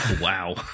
Wow